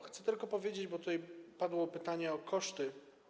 Chcę tylko powiedzieć, bo tutaj padło pytanie o koszty.